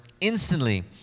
instantly